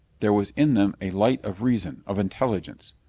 there was in them a light of reason, of intelligence.